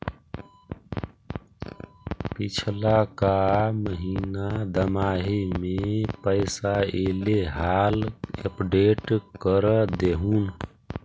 पिछला का महिना दमाहि में पैसा ऐले हाल अपडेट कर देहुन?